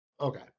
Okay